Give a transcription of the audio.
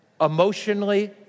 emotionally